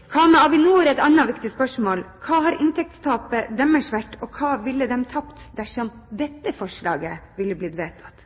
Hva har inntektstapet til Avinor vært, og hva ville de ha tapt dersom dette forslaget hadde blitt vedtatt?